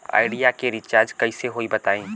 Idea के recharge कइसे होई बताईं?